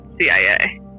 CIA